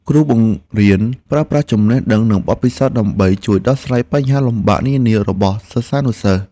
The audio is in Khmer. គ្រូបង្រៀនប្រើប្រាស់ចំណេះដឹងនិងបទពិសោធន៍ដើម្បីជួយដោះស្រាយបញ្ហាលំបាកនានារបស់សិស្សានុសិស្ស។